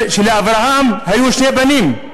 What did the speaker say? שלאברהם היו שני בנים,